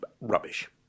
rubbish